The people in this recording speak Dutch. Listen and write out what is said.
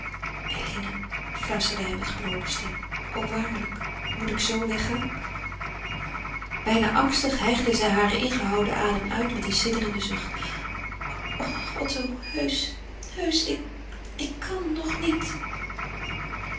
eline fluisterde hij met gebroken stem o waarlijk moet ik zoo weggaan bijna angstig hijgde zij haren ingehouden adem uit met een sidderenden zucht otto heusch heusch ik ik kan nog niet